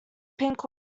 pink